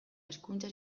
hezkuntza